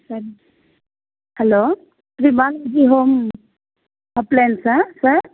sir hello good morning సప్లయన్సా sir sir